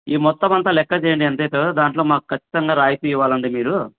ఈ మొత్తం అంతా లెక్క చేయండి ఎంత అయితుందో దాంట్లో మాకు ఖచ్చితంగా రాయితి ఇవ్వాలండి మీరు